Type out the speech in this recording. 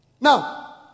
now